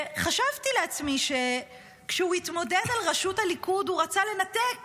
חשבתי לעצמי שכשהוא התמודד על ראשות הליכוד הוא רצה לנתק